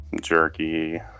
jerky